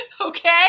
Okay